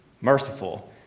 merciful